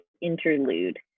interlude